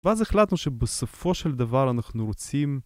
ואז החלטנו שבסופו של דבר אנחנו רוצים...